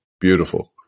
Beautiful